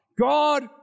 God